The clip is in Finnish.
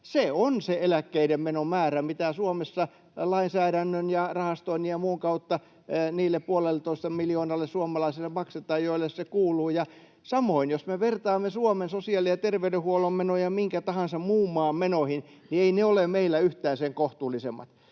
se on se eläkkeiden menon määrä, mitä Suomessa lainsäädännön ja rahastoinnin ja muun kautta niille puolelletoista miljoonalle suomalaiselle maksetaan, joille se kuuluu. Samoin jos me vertaamme Suomen sosiaali- ja terveydenhuollon menoja minkä tahansa muun maan menoihin, niin eivät ne ole meillä yhtään sen kohtuuttomammat.